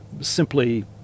simply